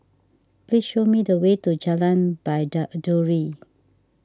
please show me the way to Jalan Baiduri